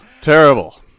Terrible